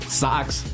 socks